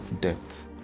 depth